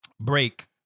break